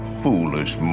foolish